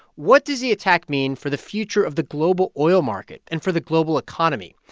what does the attack mean for the future of the global oil market and for the global economy?